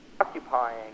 occupying